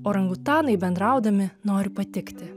orangutanai bendraudami nori patikti